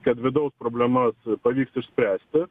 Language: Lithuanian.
kad vidaus problemas pavyks išspręsti